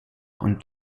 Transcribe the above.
und